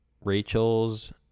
Rachel's